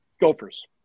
Gophers